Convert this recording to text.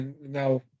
now